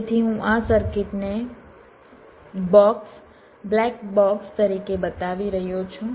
તેથી હું આ સર્કિટને બોક્સ બ્લેક બોક્સ તરીકે બતાવી રહ્યો છું